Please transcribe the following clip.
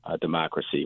democracy